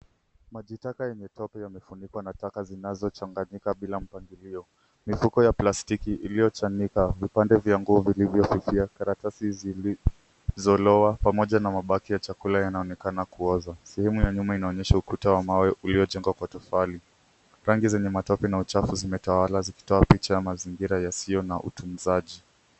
Maji taka yenye tope yamefunikwa na taka zinazochanganyika bila mpangilio. Mifuko ya plastiki iliyochanika, vipande vya nguo viliyofifia, karatasi zilizoloa pamoja na mabaki ya chakula yanaonekana kuoza. Sehemu ya nyuma inaonyesha ukuta wa mawe uliojengwa kwa tofali. Rangi zenye matope na uchafu zimetawala, zikitoa picha ya mazingira yasiyo na utunzaji.